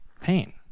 pain